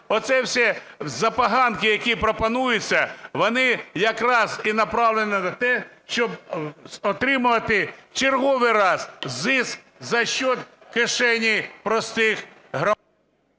Оце все забаганки, які пропонуються, вони якраз і направлені на те, щоб отримувати в черговий раз зиск, за що кишені простих громадян...